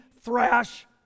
thrash